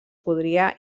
podria